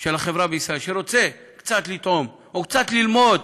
של החברה בישראל רוצה קצת לטעום או קצת ללמוד